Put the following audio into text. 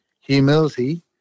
humility